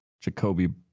Jacoby